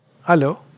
hello